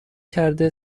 کرده